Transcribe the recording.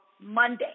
Monday